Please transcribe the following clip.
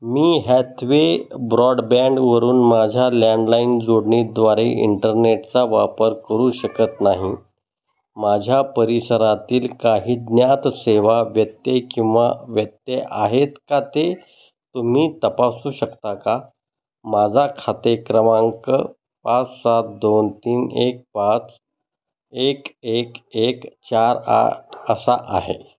मी Hathway ब्रॉडबँडवरून माझ्या landline जोडणीद्वारे इंटरनेटचा वापर करू शकत नाही माझ्या परिसरातील काही ज्ञात सेवा व्यत्यय किंवा व्यत्यय आहेत का ते तुम्ही तपासू शकता का माझा खाते क्रमांक पाच सात दोन तीन एक पाच एक एक एक चार आठ असा आहे